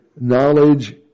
knowledge